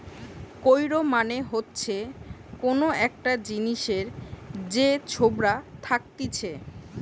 কৈর মানে হচ্ছে কোন একটা জিনিসের যে ছোবড়া থাকতিছে